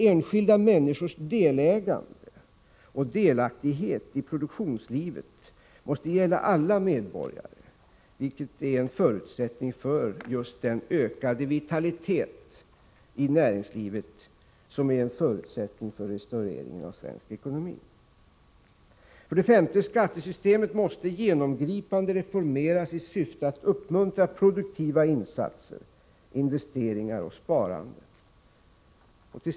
Enskilda människors delägande och delaktighet i produktionslivet måste gälla alla medborgare, vilket är en förutsättning för just den ökade vitalitet i näringslivet som är nödvändig för restaureringen av svensk ekonomi. 5. Skattesystemet måste genomgripande reformeras i syfte att uppmuntra produktiva insatser, investeringar och sparande. 6.